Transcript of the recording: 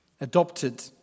Adopted